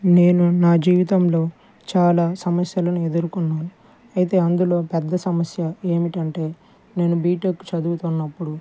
నేను నా జీవితంలో చాలా సమస్యలను ఎదురుకున్నాను అయితే అందులో పెద్ద సమస్య ఏమిటి అంటే నేను బీటెక్ చదువుతున్నప్పుడు